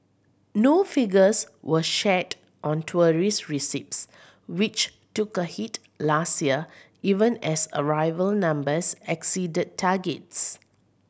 no figures were shared on tourism receipts which took a hit last year even as arrival numbers exceeded targets